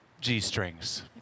G-strings